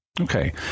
Okay